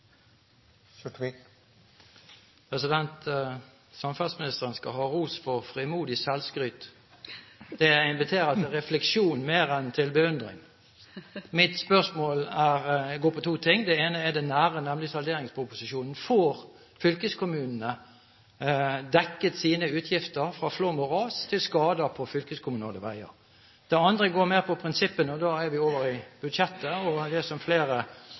Samferdselsministeren skal ha ros for frimodig selvskryt. Det inviterer til refleksjon mer enn til beundring. Mitt spørsmål går på to ting. Det ene er det nære, nemlig salderingsproposisjonen. Får fylkeskommunene dekket sine utgifter på grunn av flom og ras til skader på fylkeskommunale veier? Det andre går mer på prinsippene. Da er vi over i budsjettet og det som flere